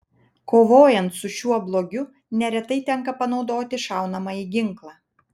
kovojant su šiuo blogiu neretai tenka panaudoti šaunamąjį ginklą